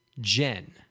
Jen